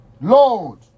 Lord